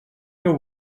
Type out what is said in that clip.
meu